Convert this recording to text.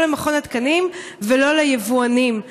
לא למכון התקנים ולא ליבואנים.